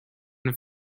and